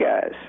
guys